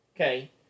okay